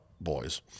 boys